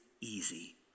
easy